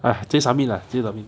哎今天 submit lah 今天 submit